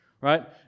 right